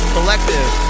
Collective